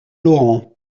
laurent